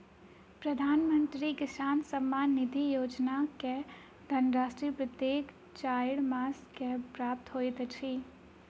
प्रधानमंत्री किसान सम्मान निधि योजना के धनराशि प्रत्येक चाइर मास मे प्राप्त होइत अछि